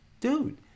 dude